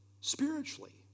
spiritually